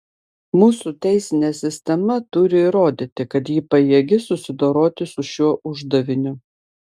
mūsų teisinė sistema turi įrodyti kad ji pajėgi susidoroti su šiuo uždaviniu